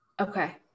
Okay